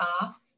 off